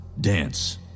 dance